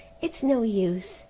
it's no use,